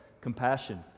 compassion